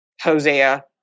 Hosea